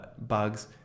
bugs